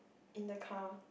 in the car